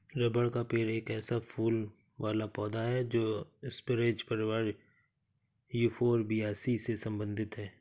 rubber का पेड़ एक फूल वाला पौधा है जो स्परेज परिवार यूफोरबियासी से संबंधित है